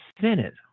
Senate